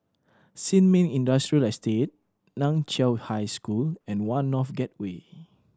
Sin Ming Industrial Estate Nan Chiau High School and One North Gateway